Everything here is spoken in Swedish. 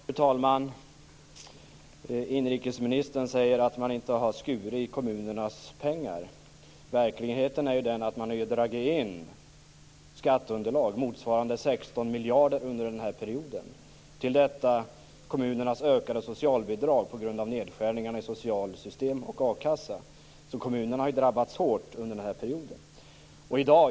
Fru talman! Inrikesminister säger att man inte har gjort nedskärningar i kommunernas ekonomi. Verkligheten är ju den att man har dragit in skatteunderlag motsvarande 16 miljarder under den här perioden. Till detta kommer kommunernas ökade socialbidrag på grund av nedskärningar i socialsystem och a-kassa. Kommunerna har ju drabbats hårt under den här perioden.